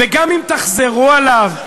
על האופק שיו"ר המפלגה שלכם פעם ידע לתת.